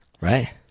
Right